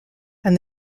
and